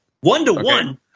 One-to-one